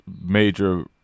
major